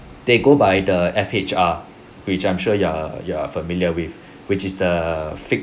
they go by the F_H_R which I'm sure you're you're familiar with which is the fixed